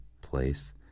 place